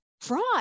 fraud